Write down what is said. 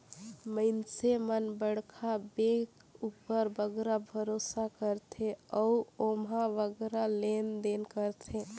मइनसे मन बड़खा बेंक उपर बगरा भरोसा करथे अउ ओम्हां बगरा लेन देन करथें